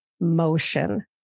motion